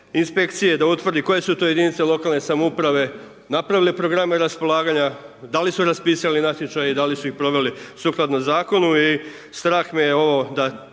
inspekcije da utvrdi koje su to jedinice lokalne samouprave, napravile programe raspolaganja, da li su raspisali natječaje i da li su ih proveli sukladno zakonu i strah me je ovo da